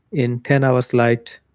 in ten hours light,